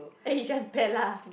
then he's just bad lah